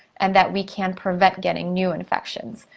and that we can prevent getting new infections.